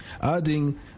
adding